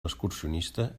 excursionista